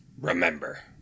Remember